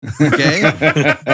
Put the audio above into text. Okay